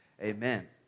Amen